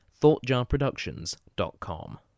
ThoughtJarProductions.com